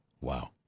Wow